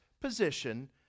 position